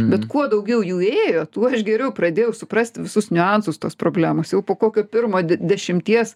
bet kuo daugiau jų ėjo tuo aš geriau pradėjau suprasti visus niuansus tos problemos jau po kokio pirmo de dešimties